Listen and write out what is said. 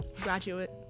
graduate